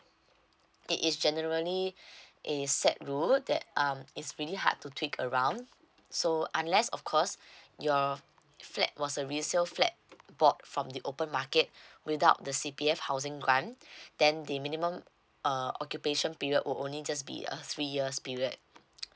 it is generally a set rule that um it's really hard to tweak around so unless of course your flat was a resale flat bought from the open market without the C_P_F housing grant then the minimum uh occupation period will only just be a three years period